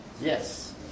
yes